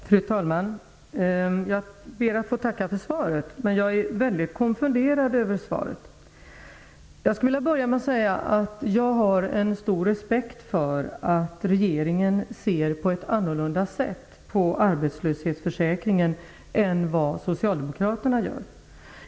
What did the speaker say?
Fru talman! Jag ber att få tacka för svaret, men jag är väldigt konfunderad över det. Jag vill börja med att säga att jag har stor respekt för att regeringen ser på ett annorlunda sätt på arbetslöshetsförsäkringen än vad socialdemokraterna gör.